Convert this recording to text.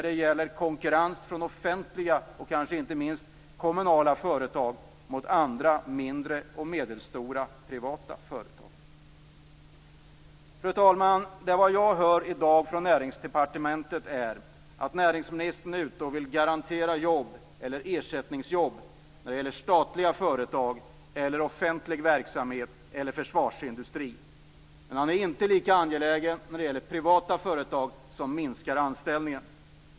Det gäller konkurrens mellan offentliga - kanske inte minst kommunala - företag och mindre och medelstora privata företag. Fru talman! Vad jag hör i dag från Näringsdepartementet är att näringsministern vill garantera ersättningsjobb när det gäller statliga företag, offentlig verksamhet och försvarsindustri. Men han är inte lika angelägen när det gäller privata företag som minskar antalet anställda.